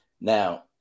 Now